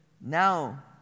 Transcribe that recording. now